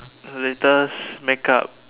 latest make up